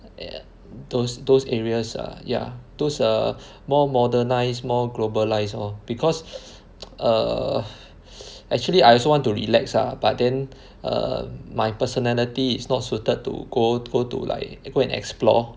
ya those those areas uh ya those err more modernised more globalised orh because err actually I also want to relax ah but then err my personality is not suited to go tour to like go and explore